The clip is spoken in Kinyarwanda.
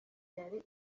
yari